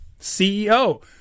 CEO